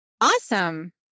awesome